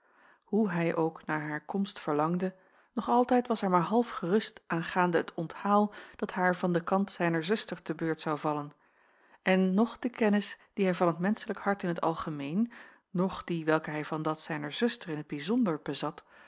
hoe hij ook naar hare komst verlangde nog altijd was hij maar half gerust aangaande het onthaal dat haar van den kant zijner zuster te beurt zou vallen en noch de kennis die hij van t menschelijk hart in t algemeen noch die welke hij van dat zijner zuster in t bijzonder bezat